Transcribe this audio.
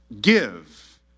give